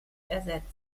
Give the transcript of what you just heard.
ersetzt